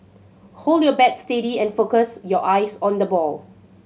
hold your bat steady and focus your eyes on the ball